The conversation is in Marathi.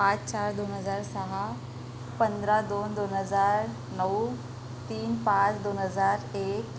पाच चार दोन हजार सहा पंधरा दोन दोन हजार नऊ तीन पाच दोन हजार एक